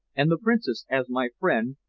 and the princess as my friend,